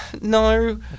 no